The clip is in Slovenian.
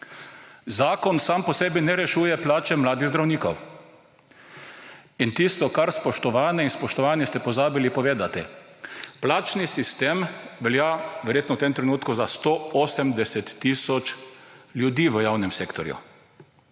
Zakon sam po sebi ne rešuje plače mladih zdravnikov. Tisto kar, spoštovane in spoštovani, ste pozabili povedati plačni sistem velja verjetno v tem trenutku za 180 tisoč ljudi v javnem sektorju